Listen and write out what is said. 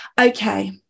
okay